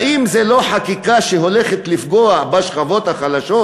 האם זה לא חקיקה שהולכת לפגוע בשכבות החלשות?